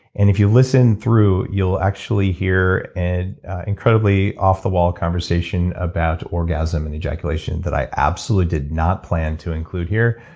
and if you listen through you'll actually hear an and incredibly off-the-wall conversation about orgasm and ejaculation that i absolutely did not plan to include here.